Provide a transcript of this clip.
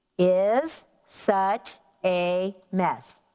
is such a mess,